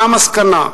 מה המסקנה?